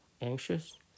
anxious